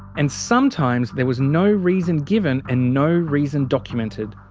and sometimes, there was no reason given and no reason documented.